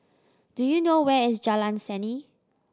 do you know where is Jalan Seni